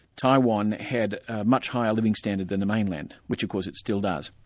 taiwan had a much higher living standard than the mainland, which of course it still does.